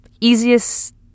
easiest